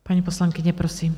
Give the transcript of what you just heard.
Paní poslankyně, prosím.